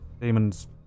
demons